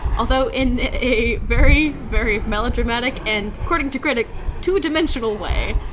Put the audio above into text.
although in a very, very melodramatic, and according to critics, two dimensional way.